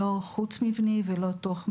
לא חוץ מבני ולא תוך מבני.